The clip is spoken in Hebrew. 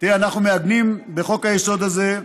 אנחנו מעגנים בחוק-היסוד הזה,